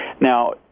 Now